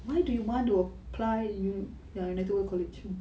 why do you want to apply United World College